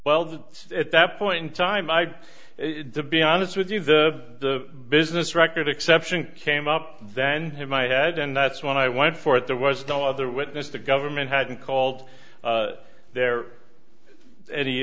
well at that point in time i'd be honest with you the business record exception came up then hit my head and that's when i went for it there was no other witness the government had been called there any